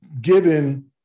given